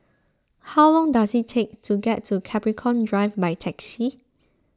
how long does it take to get to Capricorn Drive by taxi